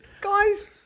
Guys